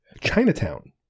Chinatown